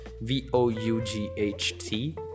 V-O-U-G-H-T